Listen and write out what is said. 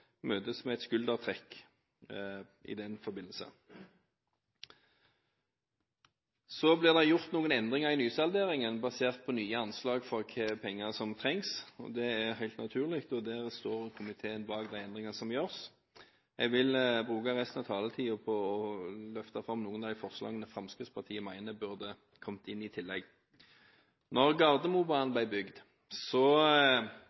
møtes med et skuldertrekk. Det blir gjort noen endringer i nysalderingen, basert på nye anslag for hvilke penger som trengs. Det er helt naturlig, og komiteen står bak de endringer som gjøres. Jeg vil bruke resten av taletiden på løfte fram noen av de forslagene Fremskrittspartiet mener burde kommet inn i tillegg. Da Gardermobanen ble bygd, var det lovt fra arbeiderpartipolitikere at dette skulle bli et særdeles lønnsomt prosjekt. Det så